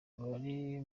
abari